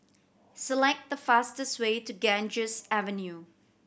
select the fastest way to Ganges Avenue